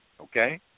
okay